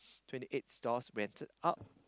twenty eight stalls rented out